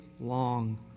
long